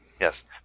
Yes